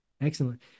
Excellent